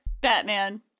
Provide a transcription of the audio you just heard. Batman